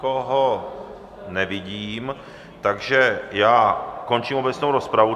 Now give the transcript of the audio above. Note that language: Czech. Nikoho nevidím, takže končím obecnou rozpravu.